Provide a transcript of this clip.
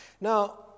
Now